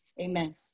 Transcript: Amen